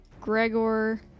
Gregor